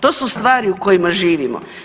To su stvari u kojima živimo.